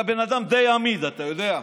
אתה בן אדם די אמיד, אתה יודע.